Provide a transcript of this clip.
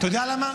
אתה יודע למה?